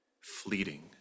fleeting